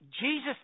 Jesus